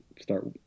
start